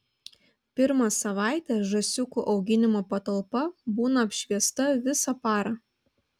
pirmą savaitę žąsiukų auginimo patalpa būna apšviesta visą parą